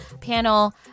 panel